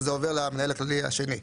זה עובר למנהל הכללי השני.